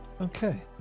okay